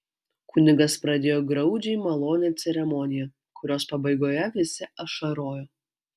kunigas pradėjo graudžiai malonią ceremoniją kurios pabaigoje visi ašarojo